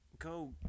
go